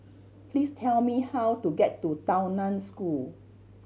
please tell me how to get to Tao Nan School